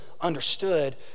understood